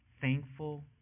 thankful